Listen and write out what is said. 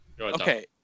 Okay